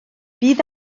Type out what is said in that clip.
bydd